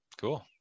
cool